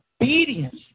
obedience